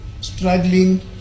struggling